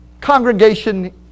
Congregation